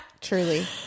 Truly